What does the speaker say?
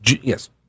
Yes